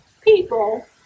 people